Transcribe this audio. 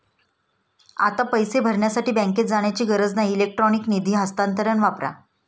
आता पैसे भरण्यासाठी बँकेत जाण्याची गरज नाही इलेक्ट्रॉनिक निधी हस्तांतरण वापरा